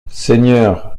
seigneur